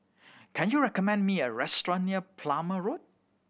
can you recommend me a restaurant near Plumer Road